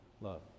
love